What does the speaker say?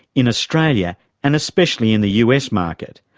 in australia and especially in the us market.